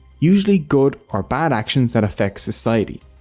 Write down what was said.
usually good or bad actions that affect society.